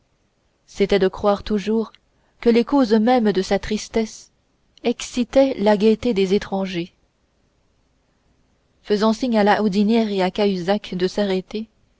c'était de croire toujours que les causes mêmes de sa tristesse excitaient la gaieté des étrangers faisant signe à la houdinière et à cahusac de s'arrêter